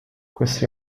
questo